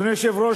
אדוני היושב-ראש,